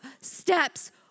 steps